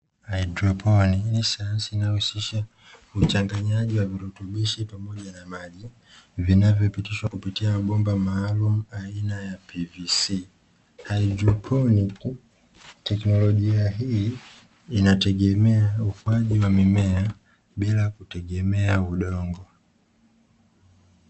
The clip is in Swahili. Haidroponi ni sayansi inayohusisha uchanganyaji wa virutubishi pamoja na maji, vinavyopitishwa kupitia mabomba maalumu aina ya "pvc" ya haidroponi, tekinolojia hii inategemea upandaji wa mimea bila kutegemea udongo.